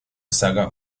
saga